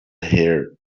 her